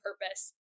purpose